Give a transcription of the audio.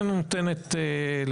התוצאה היא התדיינויות מיותרות